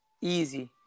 easy